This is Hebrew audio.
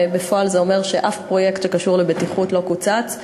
בפועל זה אומר שאף פרויקט שקשור לבטיחות לא קוצץ,